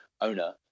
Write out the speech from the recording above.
owner